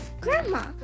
Grandma